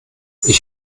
ich